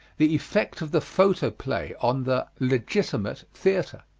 the effect of the photoplay on the legitimate theatre.